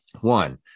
one